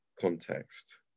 context